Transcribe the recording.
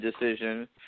decision